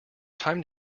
time